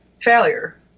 failure